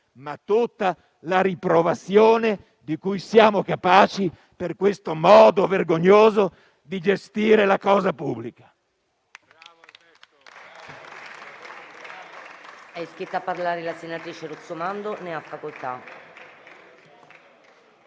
ma tutta la riprovazione di cui siamo capaci per questo modo vergognoso di gestire la Cosa pubblica.